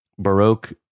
baroque